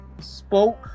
spoke